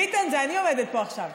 ביטן, זה אני עומדת פה עכשיו.